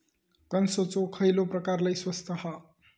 कणसाचो खयलो प्रकार लय स्वस्त हा?